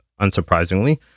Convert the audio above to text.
unsurprisingly